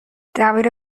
دبیر